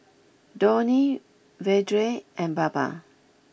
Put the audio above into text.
Dhoni Vedre and Baba